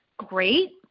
great